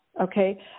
okay